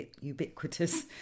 ubiquitous